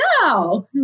no